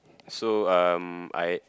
so um I